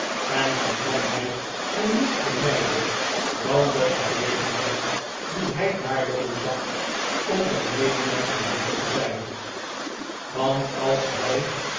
en waarvan hij hem niets benijdde dan de gelegenheid die hij daardoor bezat om zijn medemenschen nuttig te zijn want als hij